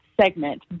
segment